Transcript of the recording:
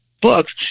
books